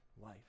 life